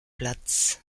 platz